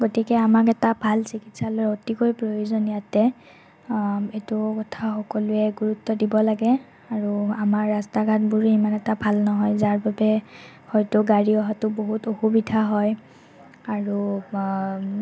গতিকে আমাক এটা ভাল চিকিৎসালয়ৰ অতিকৈ প্ৰয়োজন ইয়াতে এইটো কথা সকলোৱে গুৰুত্ব দিব লাগে আৰু আমাৰ ৰাস্তা ঘাটবোৰো ইমান এটা ভাল নহয় যাৰ বাবে হয়তো গাড়ী অহাতো বহু অসুবিধা হয় আৰু